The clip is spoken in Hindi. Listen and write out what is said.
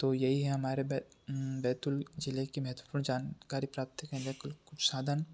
तो यही है हमारे बै बैतूल ज़िले के महत्वपूर्ण जानकारी करने क साधन